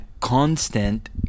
constant